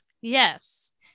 Yes